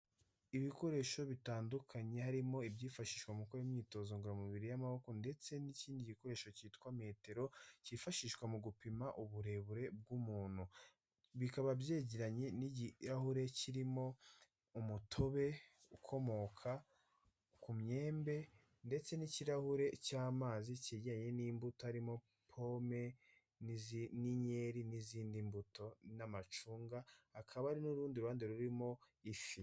Ibikoresho bitandukanye harimo ibyifashishwa mu gukora imyitozo ngororamubiri y'amaboko, ndetse n'ikindi gikoresho cyitwa metero kifashishwa mu gupima uburebure bw'umuntu. Bikaba byegeranye n'ikirahure kirimo umutobe ukomoka ku myembe, ndetse n'ikirahure cy'amazi kegeranye n'imbuto harimo pome n'inkeri n'izindi mbuto n'amacunga, hakaba hari n'urundi ruhande rurimo ifi.